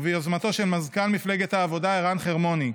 וביוזמתו של מזכ"ל מפלגת העבודה ערן חרמוני.